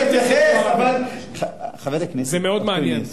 זה מאוד מעניין.